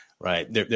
right